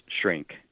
shrink